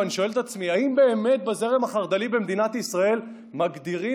ואני שואל את עצמי: האם באמת בזרם החרד"לי במדינת ישראל מגדירים